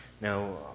Now